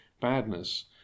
badness